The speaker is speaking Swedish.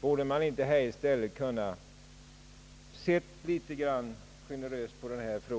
Borde man inte i stället ha kunnat se något generöst på det ta